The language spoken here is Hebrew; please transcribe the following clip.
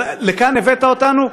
לכאן הבאת אותנו?